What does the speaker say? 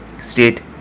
state